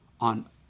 on